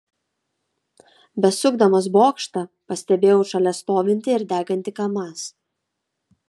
besukdamas bokštą pastebėjau šalia stovintį ir degantį kamaz